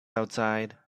outside